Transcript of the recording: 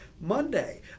Monday